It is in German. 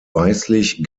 weißlich